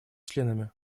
членами